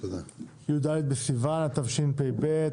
י"ד בסיון התשפ"ב,